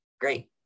great